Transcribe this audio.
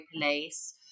Police